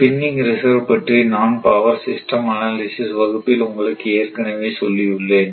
spinning reserve பற்றி நான் power system analysis வகுப்பில் உங்களுக்கு ஏற்கனவே சொல்லியுள்ளேன்